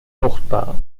fruchtbar